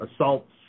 assaults